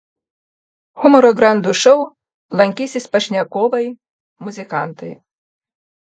humoro grandų šou lankysis pašnekovai muzikantai